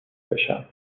بشم